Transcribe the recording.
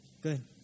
good